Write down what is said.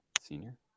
Senior